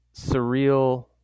surreal